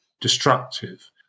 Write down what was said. destructive